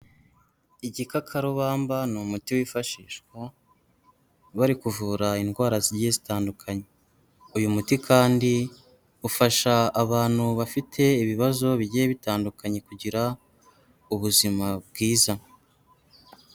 Igikakarubamba ni umuti wifashishwa bari kuvura indwara zigiye zitandukanye, uyu muti kandi ufasha abantu bafite ibibazo bigiye bitandukanye kugira ubuzima bwiza.